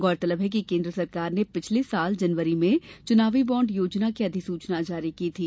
गौरतलब है कि केन्द्र सरकार ने पिछले वर्ष जनवरी में चुनावी बाँड योजना की अधिसूचना जारी की थी